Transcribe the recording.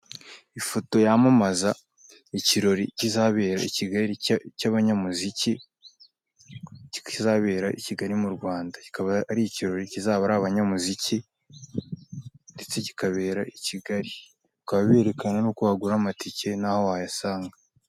Ifoto yamamaza ikirori kizabera i Kigali cy'abanyamuziki, kizabera i Kigali mu Rwanda. Kikaba ari ikirori kizaba ari abanyamuziki ndetse kikabera i Kigali. Bakaba berekana n'uko wagura amatike n'aho wayasanga.